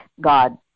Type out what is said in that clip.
God